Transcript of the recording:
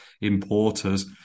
importers